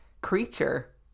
creature